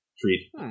treat